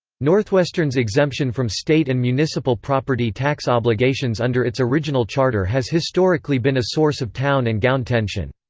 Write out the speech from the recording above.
northwestern's exemption from state and municipal property tax obligations under its original charter has historically been a source of town and gown tension.